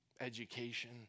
education